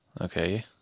Okay